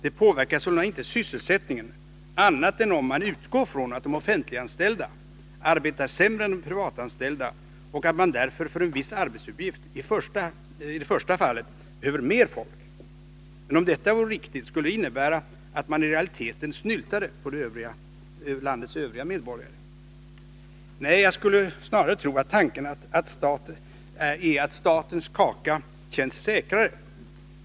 Det påverkar sålunda inte sysselsättningen, såvida man inte utgår från att de offentliganställda arbetar sämre än de privatanställda och att man därför för en viss arbetsuppgift i det första fallet behöver mer folk. Men om detta vore riktigt, skulle det innebära att man i realiteten snyltade på landets övriga medborgare. Nej, jag skulle snarare tro att tanken är att statens kaka känns säkrare.